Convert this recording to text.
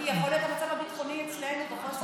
כי יכול להיות שהמצב הביטחוני אצלנו וחוסר השקט גורמים,